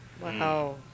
Wow